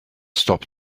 stop